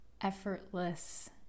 effortless